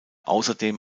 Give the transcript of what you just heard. außerdem